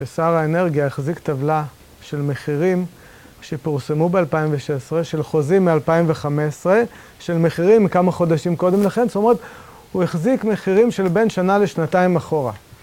ושר האנרגיה החזיק טבלה של מחירים שפורסמו ב-2016, של חוזים מ-2015, של מחירים מכמה חודשים קודם לכן, זאת אומרת, הוא החזיק מחירים של בין שנה לשנתיים אחורה.